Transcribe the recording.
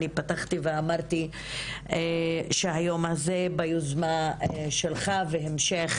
אני פתחתי ואמרתי שהיום הזה ביוזמה שלך ובהמשך